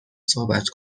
صحبت